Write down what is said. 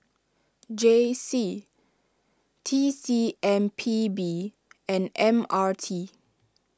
J C T C M P B and M R T